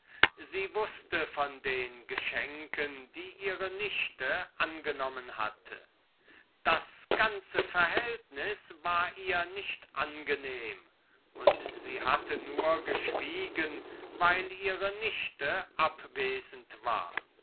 sie wußte von den geschenken die ihre nichte angenommen hatte das ganze verhältnis war ihr nicht angenehm und sie hatte nur geschwiegen weil ihre nichte abwesend war